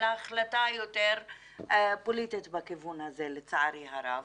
אלא החלטה יותר פוליטית בכיוון הזה, לצערי הרב.